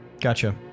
Gotcha